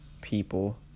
people